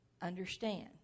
Understand